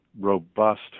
robust